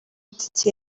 itike